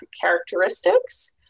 characteristics